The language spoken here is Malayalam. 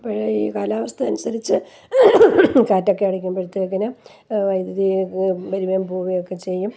ഇപ്പോൾ ഈ കാലാവസ്ഥ അനുസരിച്ച് കാറ്റൊക്കെ അടിക്കുമ്പോഴത്തേക്കിനും വൈദ്യുതിയൊക്കെ വരികയും പോകുകയും ഒക്കെ ചെയ്യും